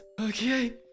Okay